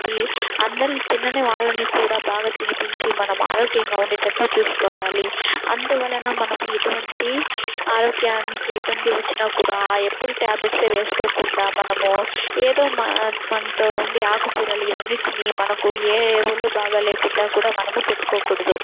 అందరూ తినని వాళ్ళని కూడా బాగా తినిపించి మనం ఆరోగ్యంగా ఉండేటట్టు చూసుకోవాలి అందువలన మనము ఎటువంటి ఆరోగ్యానికి ఇబ్బంది వచ్చినా కూడా ఎప్పుడు ట్యాబ్లెట్సే వేసుకోకుండా మనము ఏదో మ మనతో ఉండే ఆకుకూరలు ఇవన్నీ తిని మనకు ఏ ఒళ్ళు బాగో లేకుండా కూడా మనం పెట్టుకోకూడదు